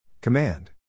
Command